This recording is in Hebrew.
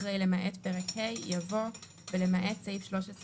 אחרי למעט פרק ה' יבוא ולמעט סעיף 13 א.